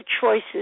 choices